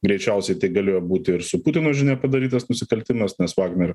greičiausiai tai galėjo būti ir su putino žinia padarytas nusikaltimas nes vagnerio